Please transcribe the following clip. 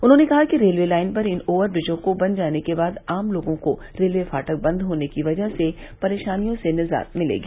उन्होंने कहा कि रेलवे लाइन पर इन ओवर ब्रिजों को बन जाने के बाद आम लोगो को रेलवे फाटक बंद की वजह होने वाली परेशानियों से निजात मिलेगी